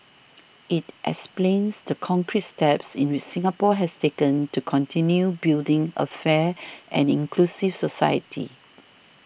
it explains the concrete steps in Singapore has taken to continue building a fair and inclusive society